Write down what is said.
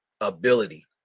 ability